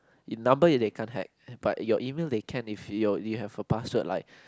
number then they can't hack but your email they can if you you have a password like